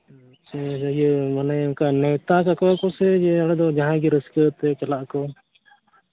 ᱦᱮᱸ ᱤᱭᱟᱹ ᱢᱟᱱᱮ ᱚᱱᱠᱟ ᱱᱮᱣᱛᱟ ᱠᱟᱠᱚᱣᱟᱠᱚ ᱥᱮ ᱚᱱᱟ ᱫᱚ ᱡᱟᱦᱟᱸᱭ ᱜᱮ ᱨᱟᱹᱥᱠᱟᱹ ᱛᱮ ᱪᱟᱞᱟᱜᱼᱟ ᱠᱚ